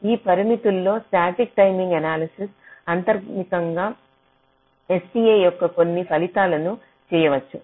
ఈ పరిమితుల్లో static timing analysis అంతర్నిర్మితంగా STA యొక్క కొన్ని ఫలితాలను చేయవచ్చు